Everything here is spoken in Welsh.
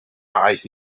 aeth